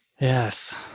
yes